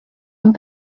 and